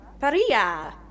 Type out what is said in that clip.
Paria